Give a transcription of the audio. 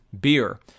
beer